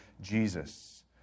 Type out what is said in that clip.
Jesus